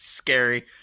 scary